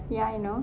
ya I know